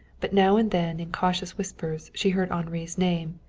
but now and then in cautious whispers she heard henri's name,